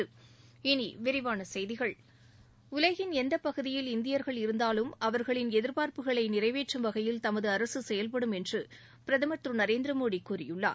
இனி விரிவான செய்திகள் உலகின் எந்தப் பகுதியில் இந்தியர்கள் இருந்தாலும் அவர்களின் எதிர்பார்ப்புகளை நிறைவேற்றும் வகையில் தமது அரசு செயல்படும் என்று பிரதமர் திரு நரேந்திரமோடி கூறியுள்ளார்